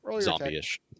zombie-ish